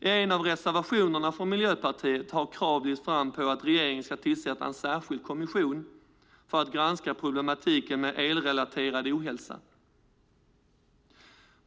I en av reservationerna från Miljöpartiet har krav lyfts fram på att regeringen ska tillsätta en särskild kommission för att granska problematiken med elrelaterad ohälsa.